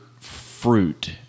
fruit